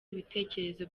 ibitekerezo